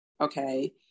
Okay